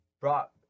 brought